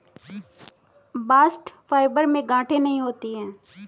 bast fibre में गांठे नहीं होती है